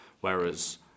whereas